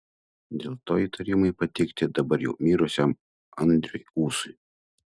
dėl to įtarimai pateikti dabar jau mirusiam andriui ūsui